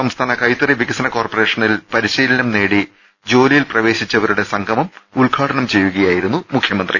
സംസ്ഥാന കൈത്തറി വികസന കോർപ്പറേഷനിൽ പരിശീലനം നേടി ജോലിയിൽ പ്രവേശിച്ചവരുടെ സംഗമം ഉദ്ഘാടനം ചെയ്യുകയായി രുന്നു മുഖ്യമന്ത്രി